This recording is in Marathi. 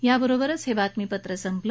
याबरोबरच हब्वितमीपत्र संपलं